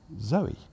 Zoe